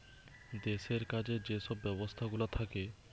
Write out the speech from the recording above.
দেশের কাজে যে সব ব্যবস্থাগুলা থাকে